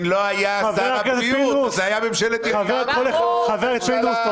לא היה שר הבריאות זה היה ממשלת --- חבר הכנסת פינדרוס,